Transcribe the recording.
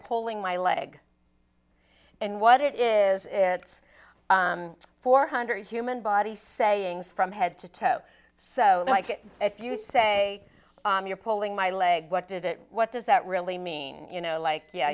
pulling my leg and what it is it's four hundred human body sayings from head to toe so if you say you're pulling my leg what did it what does that really mean you know like yeah